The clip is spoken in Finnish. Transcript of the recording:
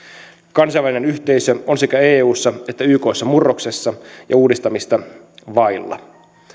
kansainvälinen yhteisö on sekä eussa että ykssa murroksessa ja uudistamista vailla